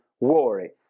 worry